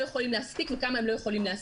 יכולים להספיק וכמה הם לא יכולים להספיק.